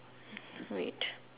wait